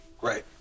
Great